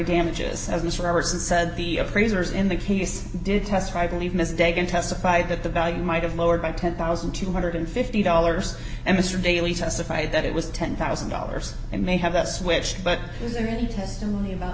damages as mr everson said the appraisers in the piece did testify believe miss dagon testified that the value might have lowered by ten thousand two hundred and fifty dollars and mr daly testified that it was ten thousand dollars and may have that switched but is there any testimony about